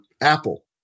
Apple